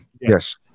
Yes